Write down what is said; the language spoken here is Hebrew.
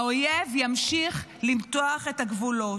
האויב ימשיך למתוח את הגבולות.